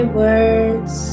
words